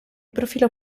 profilo